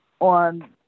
on